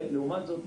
לעומת זאת,